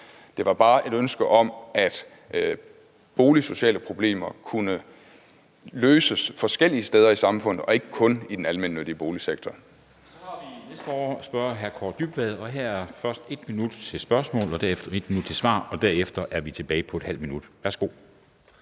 Det var bare et ønske om, at boligsociale problemer kunne løses forskellige steder i samfundet og ikke kun i den almennyttige boligsektor. Kl. 17:11 Første næstformand (Henrik Dam Kristensen): Så er det hr. Kaare Dybvad som medspørger, og her er først 1 minut til spørgsmål og derefter 1 minut til svar, og derefter er vi tilbage på ½ minut. Værsgo.